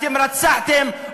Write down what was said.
אתם רצחתם,